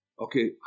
Okay